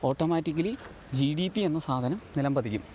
automatically G D P എന്ന സാധനം നിലം പതിക്കും